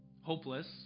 hopeless